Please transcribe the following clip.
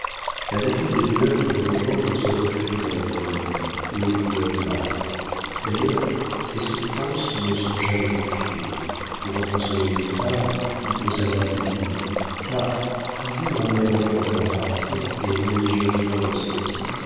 la nature des douleurs qu'il engendre se refuse à l'analyse et aux couleurs de l'art d'ailleurs ces souffrances ne sont jamais confiées pour en consoler une femme il faut savoir les deviner car toujours amèrement embrassées et religieusement ressenties